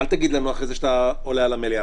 אל תגיד לנו אחרי זה שאתה עולה על המליאה.